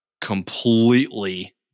completely